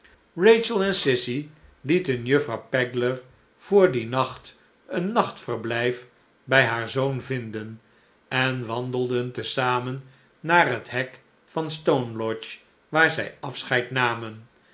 rachel en sissy lieten juffrouw pegler voor dien naeht een nachtverblijf bij haar zoon vinden en wandelden te zamen naar het hek van stonelodge waar zij afscheid namen